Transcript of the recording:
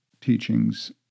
teachings